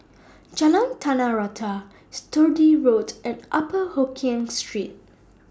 Jalan Tanah Rata Sturdee Road and Upper Hokkien Street